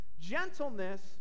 Gentleness